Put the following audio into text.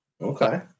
Okay